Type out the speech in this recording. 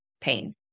pain